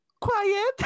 quiet